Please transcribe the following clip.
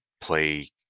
play